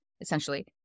essentially